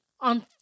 on